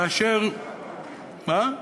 איהאב